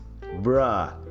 Bruh